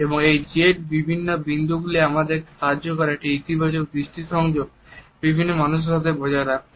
এবং এই Z এর বিভিন্ন বিন্দুগুলি আমাদেরকে সাহায্য করে একটি ইতিবাচক দৃষ্টি সংযোগ বিভিন্ন মানুষের সাথে বজায় রাখতে